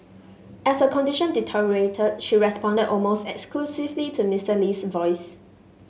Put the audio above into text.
as her condition deteriorated she responded almost exclusively to Mister Lee's voice